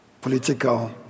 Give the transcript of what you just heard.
political